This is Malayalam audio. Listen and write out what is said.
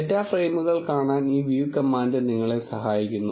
ഡാറ്റ ഫ്രെയിമുകൾ കാണാൻ ഈ വ്യൂ കമാൻഡ് നിങ്ങളെ സഹായിക്കുന്നു